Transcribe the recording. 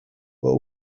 what